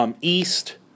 east